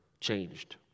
changed